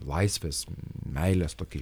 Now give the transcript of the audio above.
laisvės meilės tokį